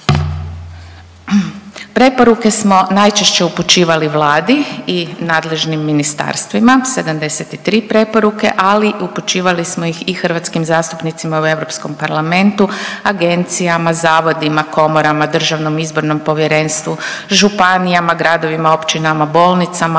Preporuke smo najčešće upućivali Vladi i nadležnim ministarstvima 73 preporuke, ali upućivali smo ih i hrvatskim zastupnicima u Europskom parlamentu, agencijama, zavodima, komorama, DIP-u, županijama, gradovima, općinama, bolnicama,